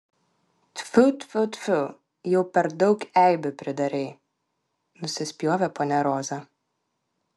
tfiu tfiu tfiu jau per daug eibių pridarei nusispjovė ponia roza